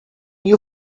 you